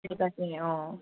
তাকে তাকে অঁ